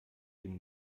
dem